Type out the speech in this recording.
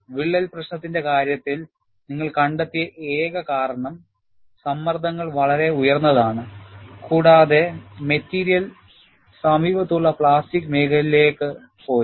വിള്ളൽ പ്രശ്നത്തിന്റെ കാര്യത്തിൽ നിങ്ങൾ കണ്ടെത്തിയ ഏക കാരണം സമ്മർദ്ദങ്ങൾ വളരെ ഉയർന്നതാണ് കൂടാതെ മെറ്റീരിയൽ സമീപത്തുള്ള പ്ലാസ്റ്റിക് മേഖലയിലേക്ക് പോയി